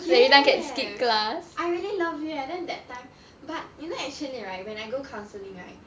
yes I really love it eh then that time but you know actually right when I go counselling right